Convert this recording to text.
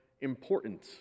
important